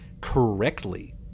correctly